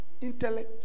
intellect